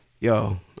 Yo